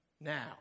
now